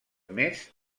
més